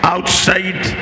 outside